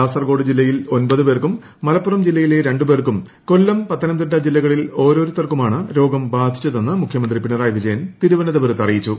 കാസർകോട് ജില്ലയിലെ ഒമ്പത് പേർക്കും മലപ്പുറം ജില്ലയിലെ രണ്ടു പേർക്കും കൊല്ലം പത്തനംതിട്ട ജില്ലകളിൽ ഓരോരുത്തർക്കുമാണ് രോഗം ബാധിച്ചതെന്ന് മുഖ്യമന്ത്രി പിണറായി വിജയൻ തിരുവനന്തപുരത്ത് അറിയിച്ചു